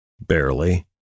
Barely